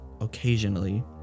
occasionally